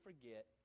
forget